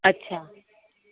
अच्छा